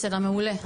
בסדר, מעולה.